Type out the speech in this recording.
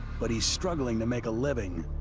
but he's struggling to make a living.